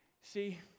See